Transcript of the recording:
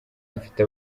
mfite